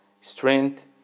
strength